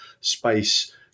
space